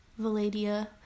Valadia